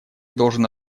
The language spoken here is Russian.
должен